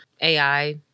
AI